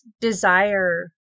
desire